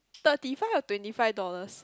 thirty five or twenty five dollars